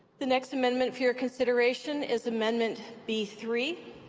the next amendment for your consideration is amendment b three.